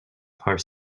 are